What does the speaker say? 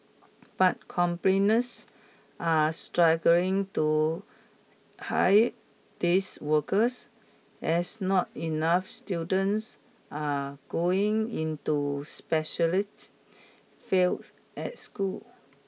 but companies are struggling to hire these workers as not enough students are going into specialists fields at school